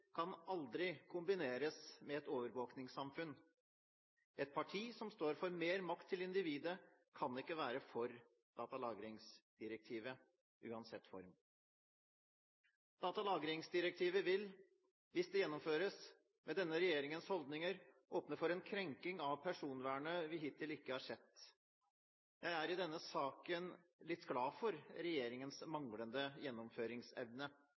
kan aldri kombineres med et overvåkingssamfunn. Et parti som står for mer makt til individet, kan ikke være for datalagringsdirektivet, uansett form. Datalagringsdirektivet vil, hvis det gjennomføres, med denne regjeringens holdninger, åpne for en krenking av personvernet vi hittil ikke har sett. Jeg er i denne saken litt glad for regjeringens manglende gjennomføringsevne.